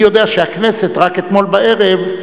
אני יודע שהכנסת רק אתמול בערב,